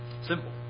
Simple